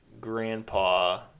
grandpa